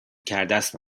کردست